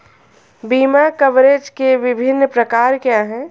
बीमा कवरेज के विभिन्न प्रकार क्या हैं?